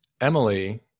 Emily